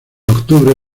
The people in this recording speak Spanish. octubre